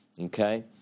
okay